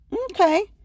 Okay